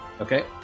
Okay